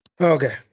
Okay